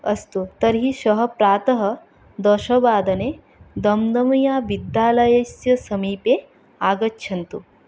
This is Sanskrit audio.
अस्तु तर्हि शः प्रातः दशवादने दम्दम्या विद्यालयस्य समीपे आगच्छन्तु